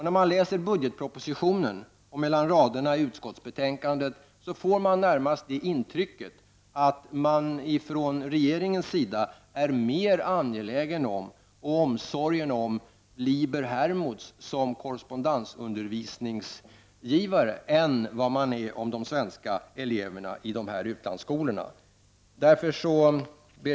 När man läser i budgetpro positionen och mellan raderna i utskottsbetänkandet, får man närmast intrycket att regeringen är mer angelägen om Liber-Hermods som korrespondensundervisningsgivare än om de svenska eleverna i dessa utlandsskolor. Herr talman!